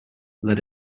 let